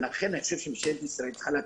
ולכן ממשלת ישראל צריכה להטיל,